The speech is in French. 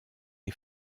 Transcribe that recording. est